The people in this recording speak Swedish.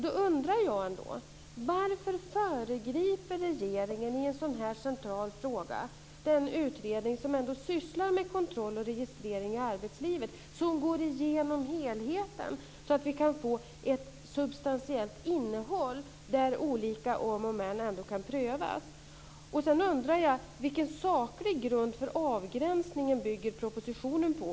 Då undrar jag: Varför föregriper regeringen i en så central fråga den utredning som ändå sysslar med kontroll och registrering i arbetslivet och som går igenom helheten, så att vi kan få ett substantiellt innehåll där olika om och men ändå kan prövas? Jag undrar också: Vilken saklig grund för avgränsningen bygger propositionen på?